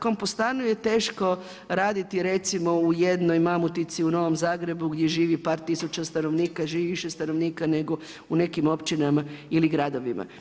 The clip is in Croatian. Kompostanu je teško raditi u recimo, jednoj Mamutici u Novom Zagrebu gdje živi par tisuća stanovnika, živi više stanovnika nego u nekim općinama ili gradovima.